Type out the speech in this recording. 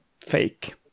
fake